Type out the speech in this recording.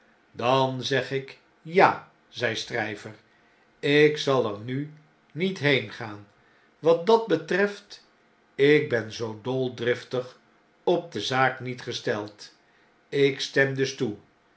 dan zeg ik ja zei stryver lk zal ernu niet heengaan wat dat betreft ik ben zoo dol driftig op de zaak niet gesteld ik stem dus toe